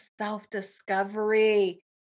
self-discovery